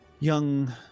young